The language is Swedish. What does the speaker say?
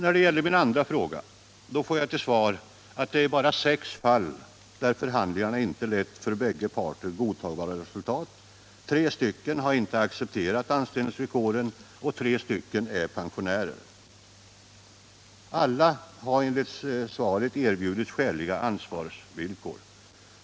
På min andra fråga får jag till svar att det bara är i sex fall som förhandlingarna inte lett till för bägge parter godtagbara resultat — tre har inte accepterat anställningsvillkoren och tre är pensionärer. Alla har de i svaret erbjudits skäliga anställningsvillkor.